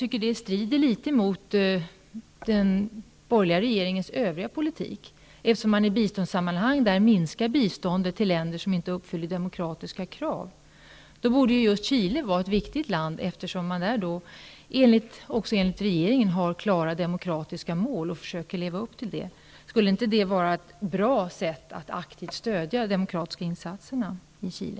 Det strider litet mot den borgerliga regeringens övriga politik, eftersom den i biståndssammanhang minskar biståndet till länder som inte uppfyller demokratiska krav. Då borde Chile vara ett viktigt land, eftersom man där även enligt regeringen har klara demokratiska mål och försöker leva upp till dem. Skulle inte det vara ett bra sätt att aktivt stödja de demokratiska insatserna i Chile?